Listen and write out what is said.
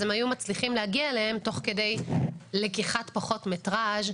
הם היו מצליחים להגיע אליהם תוך כדי לקיחת פחות מטרז',